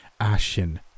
ashen